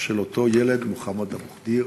של אותו ילד, מוחמד אבו ח'דיר.